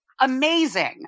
Amazing